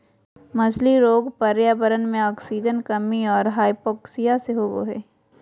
मछली रोग पर्यावरण मे आक्सीजन कमी और हाइपोक्सिया से होबे हइ